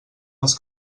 els